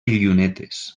llunetes